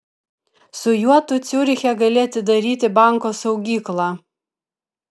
su juo tu ciuriche gali atidaryti banko saugyklą